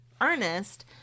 Ernest